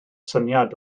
syniad